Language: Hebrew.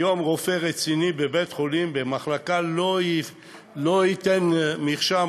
היום רופא רציני בבית-חולים במחלקה לא ייתן מרשם